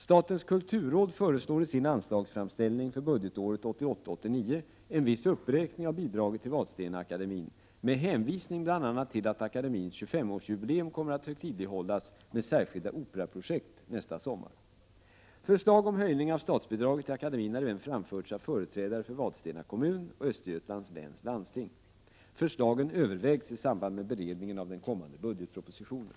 Statens kulturråd föreslår i sin anslagsframställning för budgetåret 1988/89 en viss uppräkning av bidraget till Vadstena-akademien med hänvisning bl.a. till att akademins 25-årsjubileum kommer att högtidlighållas med särskilda operaprojekt sommaren 1988. Förslag om höjning av statsbidraget till akademin har även framförts av företrädare för Vadstena kommun och Östergötlands läns landsting. Förslagen övervägs i samband med beredningen av den kommande budgetpropositionen.